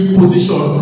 position